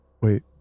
wait